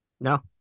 No